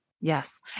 Yes